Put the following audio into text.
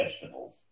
vegetables